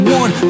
one